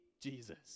Jesus